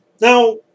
Now